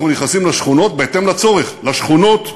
אנחנו נכנסים לשכונות בהתאם לצורך, לשכונות,